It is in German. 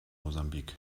mosambik